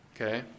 okay